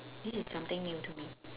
this is something new to me